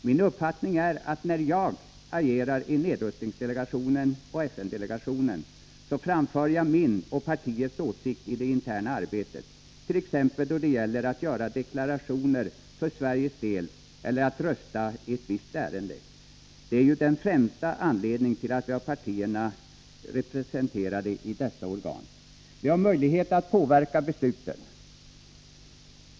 Min uppfattning är, att när jag agerar i nedrustningsdelegationen och FN-delegationen, framför jag min och partiets åsikt i det interna arbetet, t.ex. då det gäller att göra deklarationer för Sveriges del eller att rösta i ett visst ärende. Det är ju den främsta anledningen till att partierna är representerade i dessa organ. Vi har möjlighet att påverka besluten.